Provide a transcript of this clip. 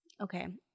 Okay